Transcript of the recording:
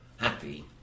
happy